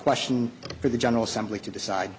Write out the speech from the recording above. question for the general assembly to decide